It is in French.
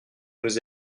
nous